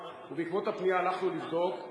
ובעקבות הפנייה הלכנו לבדוק,